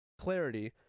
clarity